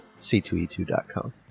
C2E2.com